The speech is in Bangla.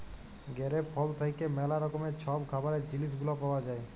গেরেপ ফল থ্যাইকে ম্যালা রকমের ছব খাবারের জিলিস গুলা পাউয়া যায়